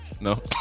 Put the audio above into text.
No